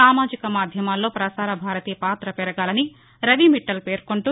సామాజిక మాధ్యమాల్లో పసార భారతి పాత పెరగాలని రవి మిట్టల్ పేర్కొంటూ